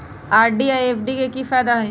RD आ FD के कि फायदा हई?